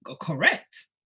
correct